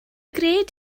gred